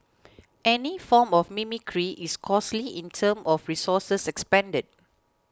any form of mimicry is costly in terms of resources expended